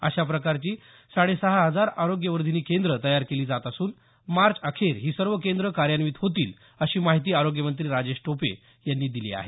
अशाप्रकारची साडे सहा हजार आरोग्यवर्धिनी केंद्रं तयार केली जात असून मार्च अखेर ही सर्व केंद्रं कार्यान्वीत होतील अशी माहिती आरोग्यमंत्री राजेश टोपे यांनी दिली आहे